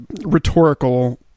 rhetorical